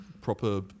proper